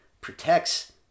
protects